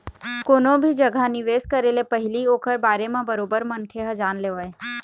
कोनो भी जघा निवेश करे ले पहिली ओखर बारे म बरोबर मनखे ह जान लेवय